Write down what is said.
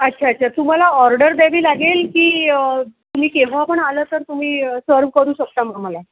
अच्छा अच्छा तुम्हाला ऑर्डर द्यावी लागेल की तुम्ही केव्हा पण आलं तर तुम्ही सर्व्ह करू शकता आम्हाला